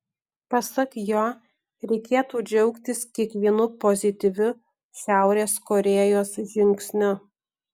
pasak jo reikėtų džiaugtis kiekvienu pozityviu šiaurės korėjos žingsniu